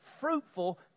fruitful